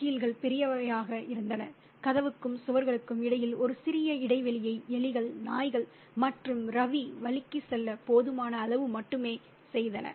கீல்கள் பெரியவையாக இருந்தன கதவுக்கும் சுவர்களுக்கும் இடையில் ஒரு சிறிய இடைவெளியை எலிகள் நாய்கள் மற்றும் ரவி வழுக்கிச் செல்ல போதுமான அளவு மட்டுமே செய்தன